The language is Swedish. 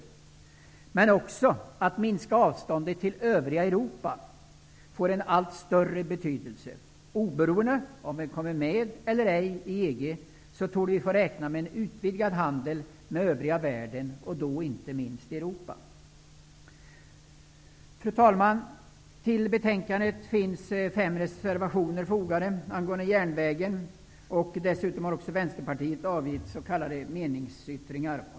Av allt större betydelse blir också att vi kan minska avståndet till övriga Europa, eftersom vi, oberoende av om vi kommer med i EG eller ej, torde få räkna med en utvidgad handel med övriga världen, och då inte minst med Europa. Fru talman! Till betänkanden finns fem reservationer fogade angående järnvägen, och meningsyttringar.